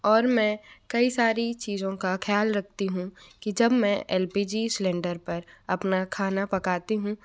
और मैं कई सारी चीज़ों का ख्याल रखती हूँ कि जब मैं एल पी जी सिलेंडर पर अपना खाना पकाती हूँ